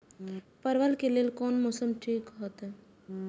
परवल के लेल कोन मौसम ठीक होते?